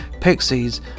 Pixies